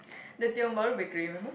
the Tiong-Bahru-Bakery remember